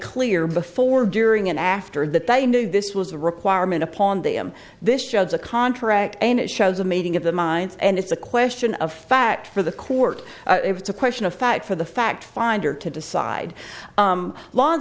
clear before during and after that they knew this was a requirement upon them this shows a contract and it shows a meeting of the minds and it's a question of fact for the court if it's a question of fact for the fact finder to decide